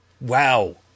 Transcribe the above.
wow